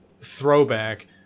throwback